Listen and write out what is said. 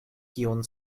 kion